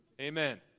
Amen